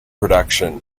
production